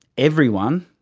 everyone,